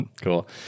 Cool